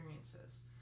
experiences